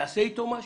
יעשה אתו משהו?